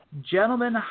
Gentlemen